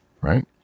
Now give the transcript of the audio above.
right